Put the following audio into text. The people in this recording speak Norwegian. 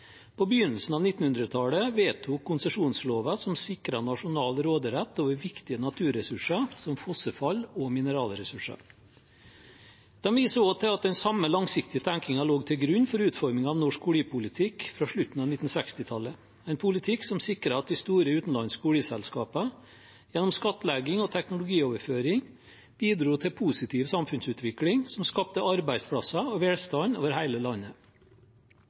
på begynnelsen av 1900-tallet vedtok konsesjonsloven, som sikret nasjonal råderett over viktige naturressurser som fossefall og mineralressurser. De viser også til at den samme langsiktige tenkingen lå til grunn for utforming av norsk oljepolitikk fra slutten av 1960-tallet, en politikk som sikret at de store utenlandske oljeselskapene gjennom skattlegging og teknologioverføring bidro til positiv samfunnsutvikling som skapte arbeidsplasser og velstand over hele landet.